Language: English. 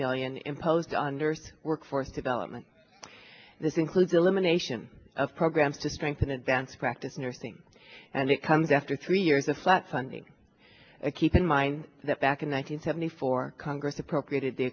million imposed on diverse workforce development this includes elimination of programs to strengthen advanced practice nursing and it comes after three years of flat funding keep in mind that back in one hundred seventy four congress appropriated the